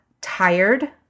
tired